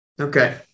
Okay